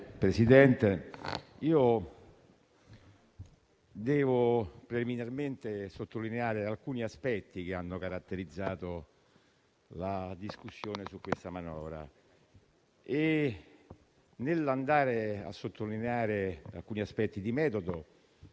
Presidente, devo preliminarmente sottolineare alcuni aspetti che hanno caratterizzato la discussione su questa manovra. Nell'andare a sottolineare alcuni aspetti di metodo,